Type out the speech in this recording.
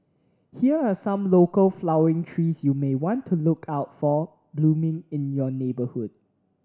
here are some local flowering trees you may want to look out for blooming in your neighbourhood